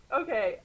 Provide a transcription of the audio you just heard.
okay